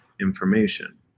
information